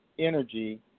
energy